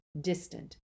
distant